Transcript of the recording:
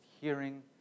hearing